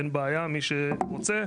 אין בעיה למי שרוצה.